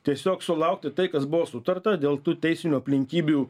tiesiog sulaukti tai kas buvo sutarta dėl tų teisinių aplinkybių